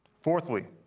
Fourthly